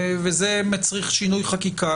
וזה מצריך שינוי חקיקה,